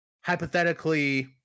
hypothetically